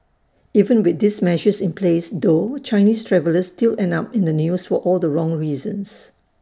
even with these measures in place though Chinese travellers still end up in the news for all the wrong reasons